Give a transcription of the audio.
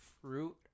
fruit